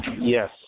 Yes